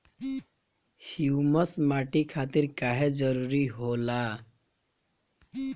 Humus माटी खातिर काहे जरूरी होला?